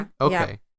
okay